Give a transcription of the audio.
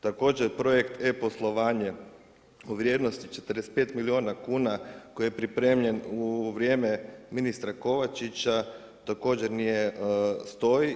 Također projekt e-poslovanje u vrijednosti od 45 milijuna kuna koji je pripremljen u vrijeme ministra Kovačića također ne stoji.